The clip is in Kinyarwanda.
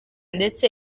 ndetse